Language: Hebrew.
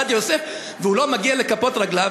עובדיה יוסף והוא לא מגיע לכפות רגליו,